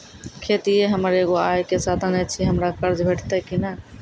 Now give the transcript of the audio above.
खेतीये हमर एगो आय के साधन ऐछि, हमरा कर्ज भेटतै कि नै?